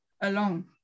alone